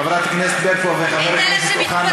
חברת הכנסת ברקו וחבר הכנסת אוחנה,